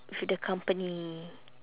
with the company